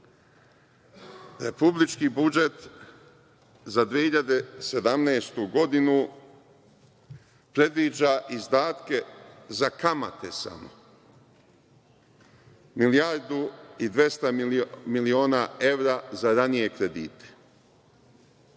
dovoljan. Republički budžet za 2017. godinu predviđa izdatke za kamate samo milijardu i 200 miliona evra za ranije kredite.